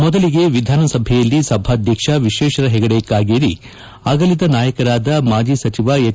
ಮೊದಲಿಗೆ ವಿಧಾನಸಭೆಯಲ್ಲಿ ಸಭಾದ್ವಕ್ಷ ವಿಶ್ವೇಶ್ವರ ಹೆಗಡೆ ಕಾಗೇರಿ ಅಗಲಿದ ನಾಯಕರಾದ ಮಾಜಿ ಸಚಿವ ಎಚ್